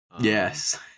yes